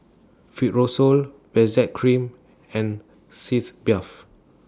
Fibrosol Benzac Cream and Sitz Bath